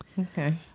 okay